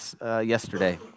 yesterday